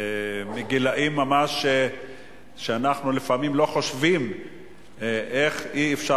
גילאים שאנחנו לפעמים לא חושבים איך אי-אפשר